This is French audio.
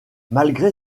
malgré